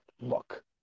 look